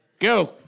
Go